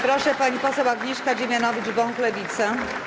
Proszę, pani poseł Agnieszka Dziemianowicz-Bąk, Lewica.